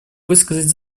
высказать